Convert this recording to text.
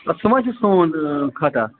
سُہ ما چھُ سون خطا